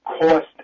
cost